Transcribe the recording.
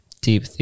deep